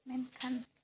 ᱢᱮᱱᱠᱷᱟᱱ